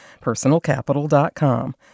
personalcapital.com